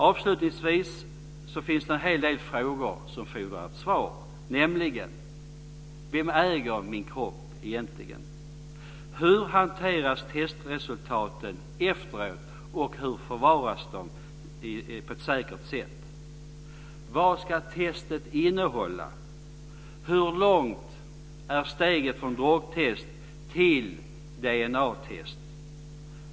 Avslutningsvis finns det en hel del frågor som fodrar svar. · Vem äger min kropp? · Hur hanteras testresultaten efteråt? · Hur långt är steget från drogtest till DNA-test?